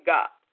God